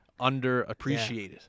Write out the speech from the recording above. underappreciated